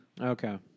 Okay